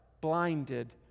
blinded